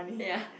ya